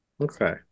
okay